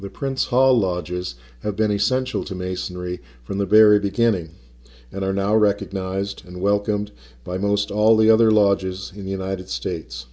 the prince hall lodges have been essential to masonry from the very beginning and are now recognized and welcomed by most all the other lodges in the united states